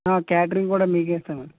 catering కూడా మీకే ఇస్తాము